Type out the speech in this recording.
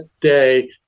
day